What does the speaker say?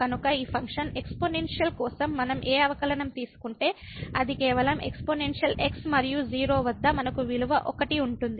కనుక ఈ function exponential కోసం మనం ఏ అవకలనం తీసుకుంటే అది కేవలం ఎక్స్పోనెన్షియల్ x మరియు 0 వద్ద మనకు విలువ 1 ఉంటుంది